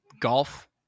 golf